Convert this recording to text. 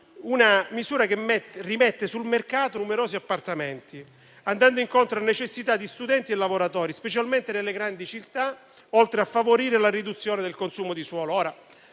questa misura rimette sul mercato numerosi appartamenti, andando incontro a necessità di studenti e lavoratori, specialmente nelle grandi città, oltre a favorire la riduzione del consumo di suolo.